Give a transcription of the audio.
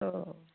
औ